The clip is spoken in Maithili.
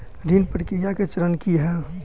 ऋण प्रक्रिया केँ चरण की है?